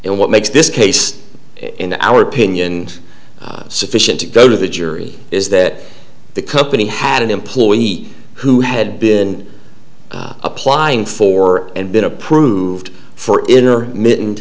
and what makes this case in our opinion and sufficient to go to the jury is that the company had an employee who had been applying for and been approved for in